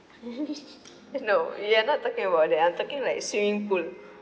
no we're not talking about that I'm talking like swimming pool